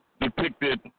depicted